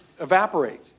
Evaporate